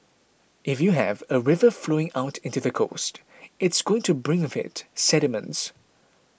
if you have a river flowing out into the coast it's going to bring with it sediments